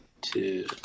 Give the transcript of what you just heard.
two